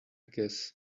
guess